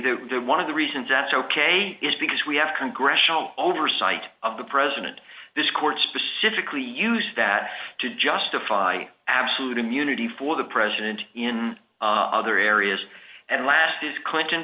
the one of the reasons that's ok is because we have congressional oversight of the president this court specifically used that to justify absolute immunity for the president in other areas and lasted clinton